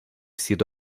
sido